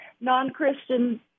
non-Christian